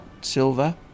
silver